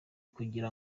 kugira